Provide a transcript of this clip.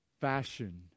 fashion